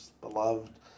beloved